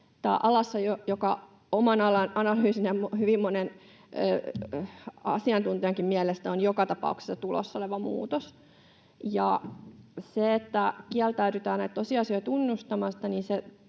alasajo, joka omana analyysinani ja hyvin monen asiantuntijankin mielestä on joka tapauksessa tulossa oleva muutos. Se, että kieltäydytään näitä tosiasioita tunnustamasta,